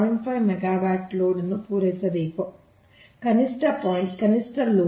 5 megawatt load ಅನ್ನು ಪೂರೈಸಬೇಕು ಏಕೆಂದರೆ ಕನಿಷ್ಠ ಪಾಯಿಂಟ್ ಕನಿಷ್ಠ ಲೋಡ್ 0